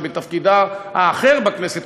שבתפקידה האחר בכנסת,